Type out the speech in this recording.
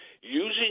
using